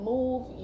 Move